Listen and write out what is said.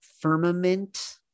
firmament